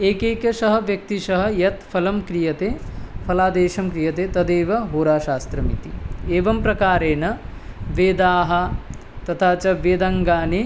एकैकशः व्यक्तिशः यत् फलं क्रियते फलादेशं क्रियते तदेव होरा शास्त्रमिति एवं प्रकारेण वेदाः तथा च वेदाङ्गानि